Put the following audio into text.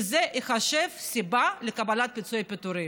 וזה ייחשב סיבה לקבלת פיצויי פיטורים.